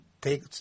take